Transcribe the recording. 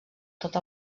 tot